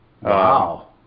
Wow